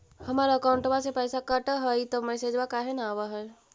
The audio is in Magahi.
हमर अकौंटवा से पैसा कट हई त मैसेजवा काहे न आव है?